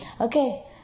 Okay